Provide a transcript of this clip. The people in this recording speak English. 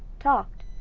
talked,